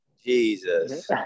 Jesus